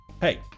Hey